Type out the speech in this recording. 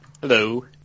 Hello